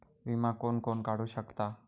विमा कोण कोण काढू शकता?